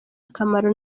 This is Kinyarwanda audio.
akamaro